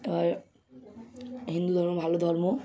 আর আর হিন্দু ধর্ম ভালো ধর্ম